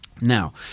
Now